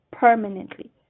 permanently